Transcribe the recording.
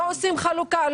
לא עושים חלוקה,